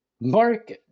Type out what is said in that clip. Mark